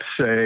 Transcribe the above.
say